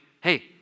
hey